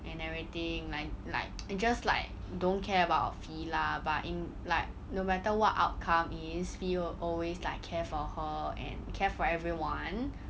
and everything like like they just like don't care about fie lah but in like no matter what outcome it is fie will always care for her and care for everyone